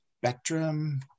spectrum